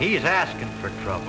he is asking for trouble